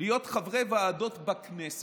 להיות חברי ועדות בכנסת,